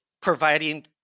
providing